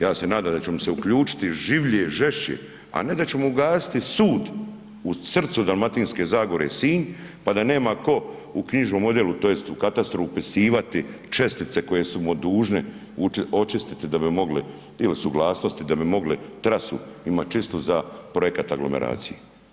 Ja se nadam da ćemo se uključiti življe i žešće, a ne da ćemo ugasiti sud u srcu Dalmatinske zagore, Sinj, pa da nema tko u knjižnom odjelu, tj. u katastru upisivati čestice koje su mu dužne očistiti da bi mogli, ili suglasnosti, da bi mogle trasu imati čistu za projekat aglomeracije.